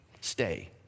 stay